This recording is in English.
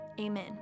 amen